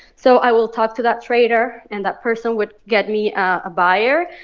so i will talk to that trader, and that person would get me a buyer.